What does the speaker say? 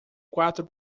quatro